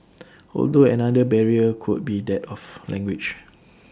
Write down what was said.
although another barrier could be that of language